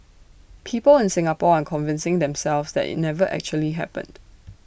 people in Singapore are convincing themselves that IT never actually happened